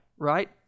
Right